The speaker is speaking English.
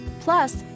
Plus